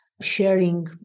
sharing